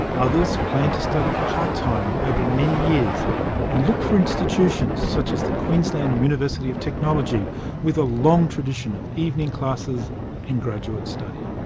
others plan to study part-time over many years and look for institutions such as the queensland university of technology with a long tradition of evening classes and graduate study.